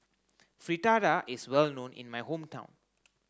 Fritada is well known in my hometown